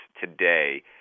today